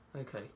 Okay